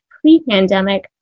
pre-pandemic